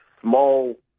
small